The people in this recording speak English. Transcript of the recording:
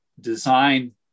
design